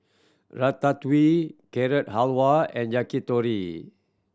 Ratatouille Carrot Halwa and Yakitori